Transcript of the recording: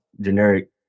generic